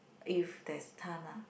if there's time lah